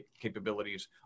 capabilities